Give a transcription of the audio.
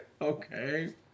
Okay